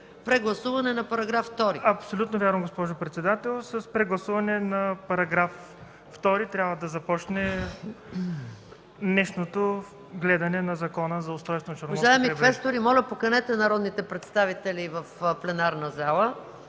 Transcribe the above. гласуване на параграфи 2